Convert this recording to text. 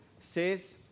says